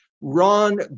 Ron